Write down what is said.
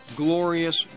glorious